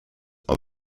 are